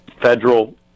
federal